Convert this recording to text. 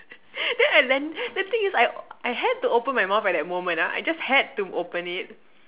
then I land the thing is I had to open my mouth at that moment ah I just had to open it